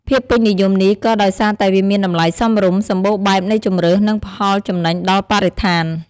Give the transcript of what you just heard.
ភាពពេញនិយមនេះក៏ដោយសារតែវាមានតម្លៃសមរម្យ សម្បូរបែបនៃជម្រើស និងផលចំណេញដល់បរិស្ថាន។